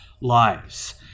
lives